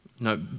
No